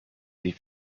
sie